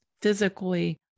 physically